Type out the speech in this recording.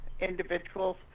individuals